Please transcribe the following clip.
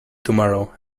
tomorrow